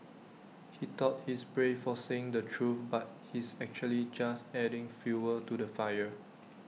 he thought he's brave for saying the truth but he's actually just adding fuel to the fire